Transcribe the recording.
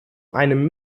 einem